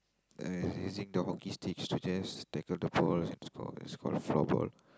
I using the hockey sticks to just tackle the ball and score it's called floorball